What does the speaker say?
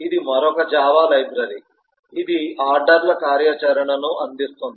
ఇది మరొక Java library ఇది ఆర్డర్ల కార్యాచరణను అందిస్తుంది